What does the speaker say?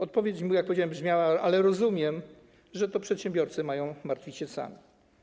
Odpowiedź, jak powiedziałem, wybrzmiała, ale rozumiem, że przedsiębiorcy mają martwić się sami.